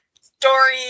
story